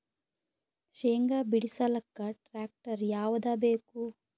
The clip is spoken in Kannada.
ಶೇಂಗಾ ಬಿಡಸಲಕ್ಕ ಟ್ಟ್ರ್ಯಾಕ್ಟರ್ ಯಾವದ ಬೇಕು?